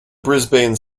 brisbane